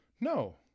No